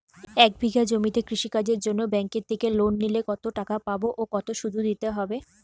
এক বিঘে জমিতে কৃষি কাজের জন্য ব্যাঙ্কের থেকে লোন নিলে কত টাকা পাবো ও কত শুধু দিতে হবে?